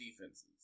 defenses